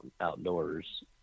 outdoors